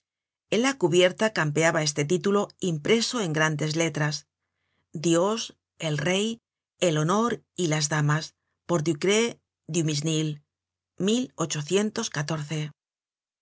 en la cubierta campeaba este título impreso en grandes letras dios el rey el honor y las damas por ducray dumisnil mientras escribia el